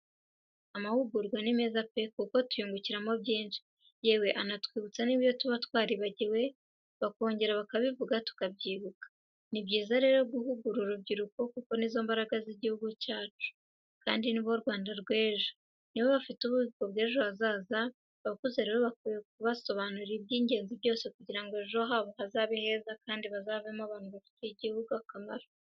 Amahugurwa ni meza pe kuko tuyungukiramo byinshi yewe anatwibutsa n'ibyo tuba twaribagiwe, bakongera bakabivuga tukabyibuka. Ni byiza rero guhugura urubyiruko kuko ni zo mbaraga z'igihugu kandi ni bo Rwanda rw'ejo. Ni bo bafite ububiko bw'ejo hazaza, abakuze rero bakwiye kubasobanurira iby'ingenzi byose, kugira ngo ejo habo habe heza kandi bazavemo abantu bafitiye igihugu umumaro.